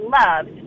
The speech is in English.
loved